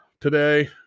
today